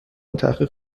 تحقیق